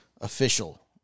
official